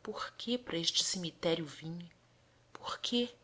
por que para este cemitério vim por que